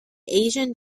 asian